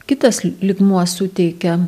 kitas lygmuo suteikia